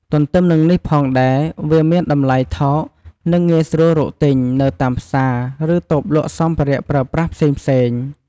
ទន្ទឹមនឹងនេះផងដែរ វាមានតម្លៃថោក និងងាយស្រួលរកទិញ នៅតាមទីផ្សារ ឬតូបលក់សម្ភារៈប្រើប្រាស់ផ្សេងៗ។